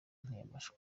ntiyabasha